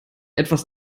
etwas